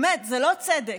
באמת, זה לא צדק,